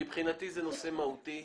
מבחינתי זה נושא מהותי.